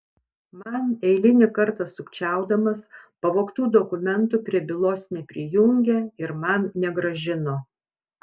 man eilinį kartą sukčiaudamas pavogtų dokumentų prie bylos neprijungė ir man negrąžino